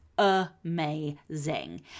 amazing